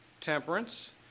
temperance